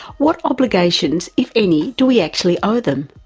what obligations if any, do we actually owe them,